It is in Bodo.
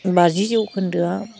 बाजि जौखोन्दोया